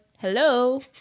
Hello